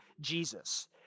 Jesus